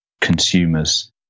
consumers